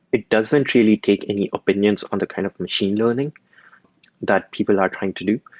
it doesn't really take any opinions on the kind of machine learning that people are trying to do.